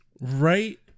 Right